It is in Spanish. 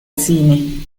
cine